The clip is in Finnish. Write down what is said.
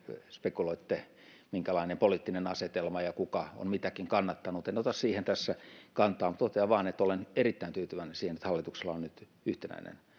spekuloitte minkälainen poliittinen asetelma on ja kuka on mitäkin kannattanut en ota siihen tässä kantaa totean vain että olen erittäin tyytyväinen siihen että hallituksella on nyt yhtenäinen